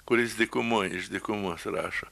kuris dykumoj iš dykumos rašo